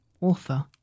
Author